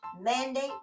mandate